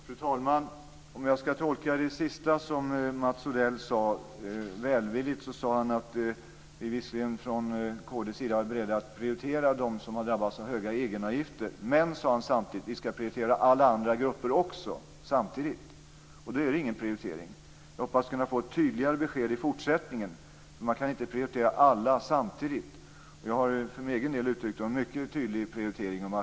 Fru talman! Om jag skall tolka det sista som Mats Odell sade välvilligt, sade han att kd visserligen är beredda att prioritera dem som har drabbats av höga egenavgifter, men samtidigt sade han att man skall prioritera alla andra grupper också. Då är det ingen prioritering. Jag hoppas kunna få ett tydligare besked i fortsättningen. Man kan inte prioritera alla samtidigt. För min egen del har jag uttryckt en mycket tydlig prioritering.